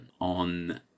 on